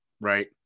right